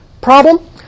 problem